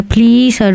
Please